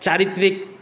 चारित्रिक